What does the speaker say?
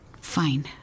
Fine